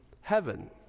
heaven